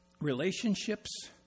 relationships